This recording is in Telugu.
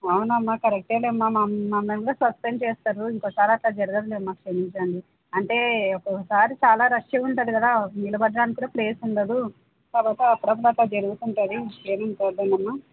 అవునమ్మా కరెక్టే లేమ్మా మా మమల్ని కూడా సస్పెండ్ చేస్తారు ఇంకోకసారి అట్లా జరగదులేమ్మా క్షమించండి అంటే ఒక్కొక్కసారి చాలా రష్గా ఉంటది కదా నిలబడ్డానికి కూడా ప్లేస్ ఉండదు కాబట్టి అప్పుడప్పుడు అట్లా జరుగుతుంటది ఏవి పట్టించుకోదమ్మా